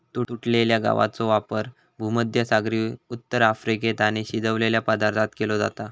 तुटलेल्या गवाचो वापर भुमध्यसागरी उत्तर अफ्रिकेत आणि शिजवलेल्या पदार्थांत केलो जाता